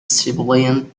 civilian